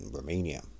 Romania